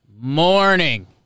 morning